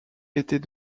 était